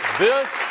this